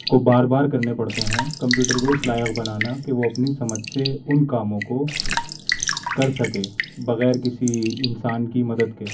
کو بار بار کرنے پڑتے ہیں کمپیوٹر کو اس لائق بنانا کہ وہ اپنی سمجھ سے ان کاموں کو کر سکے بغیر کسی انسان کی مدد کے